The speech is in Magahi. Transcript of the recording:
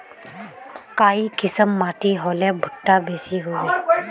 काई किसम माटी होले भुट्टा बेसी होबे?